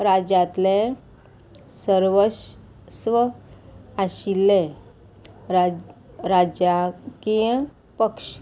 राज्यांतले सर्वस्व आशिल्ले राज राजयाकीय पक्ष